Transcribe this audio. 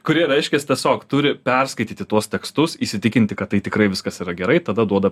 kurie reiškias tiesiog turi perskaityti tuos tekstus įsitikinti kad tai tikrai viskas yra gerai tada duoda